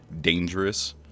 dangerous